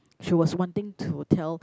she was wanting to tell